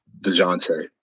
DeJounte